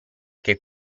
che